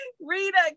Rita